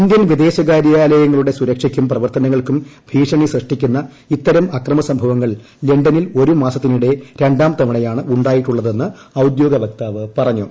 Indian വിദേശകാര്യാലയങ്ങളുടെ സുരക്ഷയ്ക്കും പ്രവർത്തനങ്ങൾക്കും ഭീഷണി സൃഷ്ടിക്കുന്ന ഇത്തരം അക്രമ സംഭവങ്ങൾ ലണ്ടനിൽ ഒരു മാസത്തിനിടെ രണ്ടാം തവണയാണ് ഉണ്ടായിട്ടുള്ളതെന്ന് ഔദ്യോഗിക വക്താവ് പറഞ്ഞു